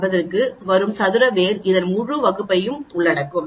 99 க்கு வரும் சதுர வேர் அதன் முழு வகுப்பையும் உள்ளடக்கும்